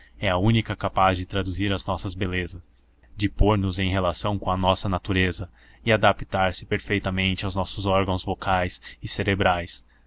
é a única capaz de traduzir as nossas belezas de pôr nos em relação com a nossa natureza e adaptar-se perfeitamente aos nossos órgãos vocais e cerebrais